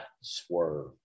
swerve